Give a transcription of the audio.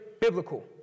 biblical